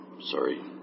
Sorry